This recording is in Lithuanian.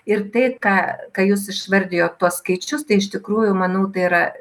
ir tai ką ką jūs išvardijot tuos skaičius tai iš tikrųjų manau tai yra